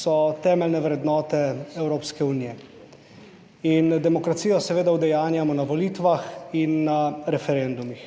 so temeljne vrednote Evropske unije. In demokracijo seveda udejanjamo na volitvah in na referendumih.